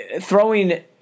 throwing